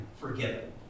forgiven